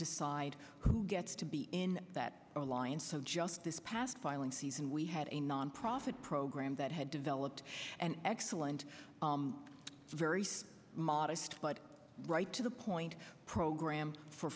decide who gets to be in that alliance so just this past filing season we had a nonprofit program that had developed an excellent very modest but right to the point program for